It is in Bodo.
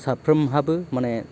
साफ्रामहाबो माने